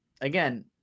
again